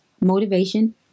Motivation